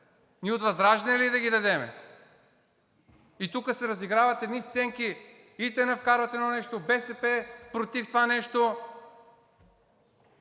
Ние от ВЪЗРАЖДАНЕ ли да ги дадем?! И тук се разиграват едни сценки – ИТН вкарват едно нещо, БСП против това нещо,